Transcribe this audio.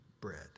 bread